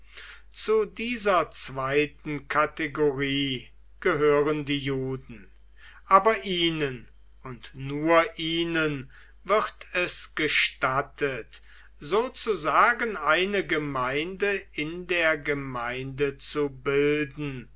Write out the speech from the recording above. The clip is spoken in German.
zu dieser zweiten kategorie gehören die juden aber ihnen und nur ihnen wird es gestattet sozusagen eine gemeinde in der gemeinde zu bilden